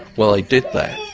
well they did that,